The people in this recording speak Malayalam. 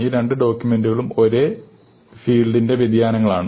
ഈ രണ്ട് ഡോക്യൂമെന്റുകളും ഒരേ ഫീൽഡിന്റെ വ്യതിയാനങ്ങളാണ്